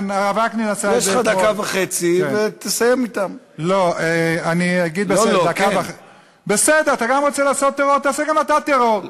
ואני אומר לחבר הכנסת פרוש: